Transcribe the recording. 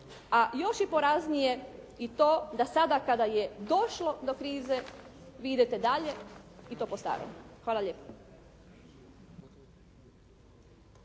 a još je poraznije i to da sada kada je došlo do krize vi idete dalje i to po starom. Hvala lijepo.